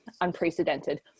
unprecedented